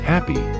Happy